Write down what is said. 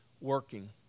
working